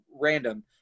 random